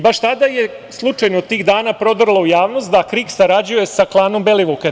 Baš tada je slučajno tih dana prodrlo u javnost da KRIK sarađuje sa klanom Belivuka.